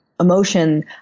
emotion